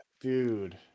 dude